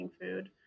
food